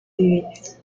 civiles